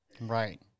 Right